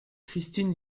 christine